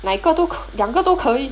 哪一个都可两个都可以